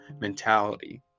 mentality